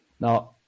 Now